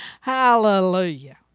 Hallelujah